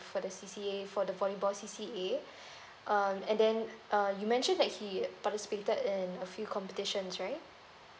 for the C_C_A for the volleyball C_C_A um and then uh you mention that he participated in a few competitions right